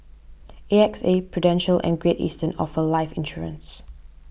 A X A Prudential and Great Eastern offer life insurance